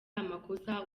amakosa